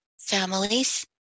Families